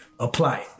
apply